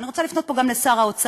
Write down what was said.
אני רוצה לפנות פה גם לשר האוצר